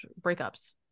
breakups